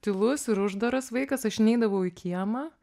tylus ir uždaras vaikas aš neidavau į kiemą